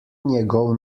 njegov